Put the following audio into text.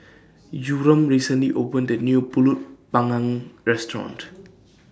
Yurem recently opened A New Pulut Panggang Restaurant